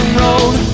road